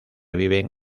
viven